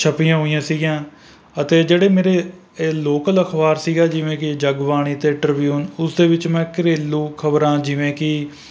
ਛਪੀਆ ਹੋਈਆ ਸੀਗੀਆਂ ਅਤੇ ਜਿਹੜੇ ਮੇਰੇ ਅਲੌਕਲ ਅਖਬਾਰ ਸੀਗਾ ਜਿਵੇਂ ਕਿ ਜਗ ਬਾਣੀ ਅਤੇ ਟ੍ਰਿਬਿਊਨ ਉਸਦੇ ਵਿੱਚ ਮੈਂ ਘਰੇਲੂ ਖਬਰਾਂ ਜਿਵੇਂ ਕਿ